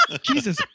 Jesus